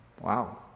Wow